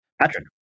Patrick